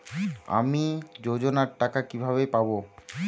আমি যোজনার টাকা কিভাবে পাবো?